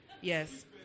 Yes